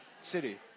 city